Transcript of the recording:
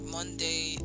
Monday